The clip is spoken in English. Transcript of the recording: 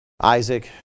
Isaac